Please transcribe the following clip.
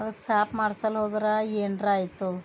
ಅದು ಸಾಫ್ ಮಾಡ್ಸೋಲು ಹೋದ್ರೆ ಏನ್ರ ಆಯಿತು